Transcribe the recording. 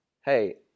hey